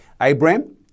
Abraham